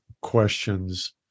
questions